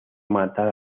matar